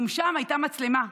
גם שם הייתה מצלמה,